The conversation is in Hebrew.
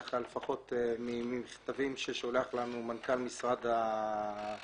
ככה לפחות ממכתבים ששולח לנו מנכ"ל משרד החוץ,